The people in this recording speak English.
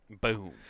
Boom